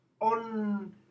on